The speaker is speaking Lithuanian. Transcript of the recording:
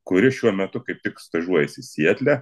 kuri šiuo metu kaip tik stažuojasi sietle